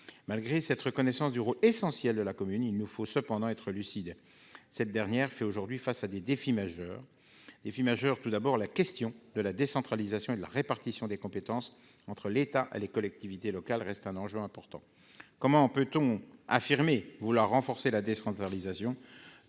Malgré cette reconnaissance du rôle essentiel de la commune, il nous faut cependant être lucides : celle-ci fait aujourd'hui face à des défis majeurs. Tout d'abord, la décentralisation et la répartition des compétences entre l'État et les collectivités locales restent des enjeux importants. Comment peut-on affirmer vouloir renforcer la décentralisation